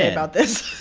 about this